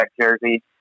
jersey